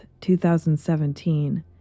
2017